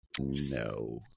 No